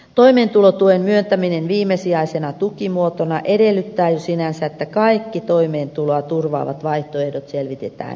toimeentulotuen myöntäminen viimesijaisena tukimuotona edellyttää jo sinänsä että kaikki toimeentuloa turvaavat vaihtoehdot selvitetään ensisijaisesti